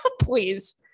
please